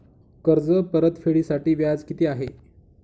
कर्ज परतफेडीसाठी व्याज किती आहे?